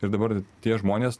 ir dabar tie žmonės